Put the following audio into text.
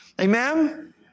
Amen